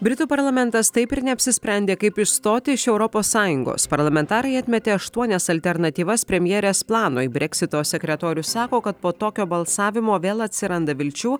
britų parlamentas taip ir neapsisprendė kaip išstoti iš europos sąjungos parlamentarai atmetė aštuonias alternatyvas premjerės planui breksito sekretorius sako kad po tokio balsavimo vėl atsiranda vilčių